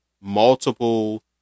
multiple